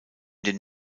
den